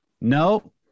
no